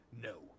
no